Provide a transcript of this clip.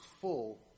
full